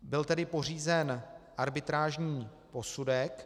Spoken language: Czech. Byl tedy pořízen arbitrážní posudek.